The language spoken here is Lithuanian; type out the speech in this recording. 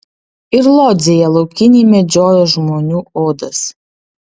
ir lodzėje laukiniai medžiojo žmonių odas